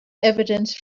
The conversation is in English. evidence